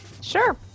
Sure